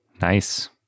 Nice